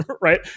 right